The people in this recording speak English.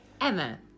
Emma